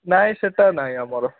ନାହିଁ ସେଇଟା ନାହିଁ ଆମର